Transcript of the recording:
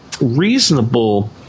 reasonable